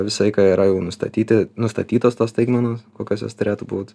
visą laiką yra jau nustatyti nustatytos tos staigmenos kokios jos turėtų būt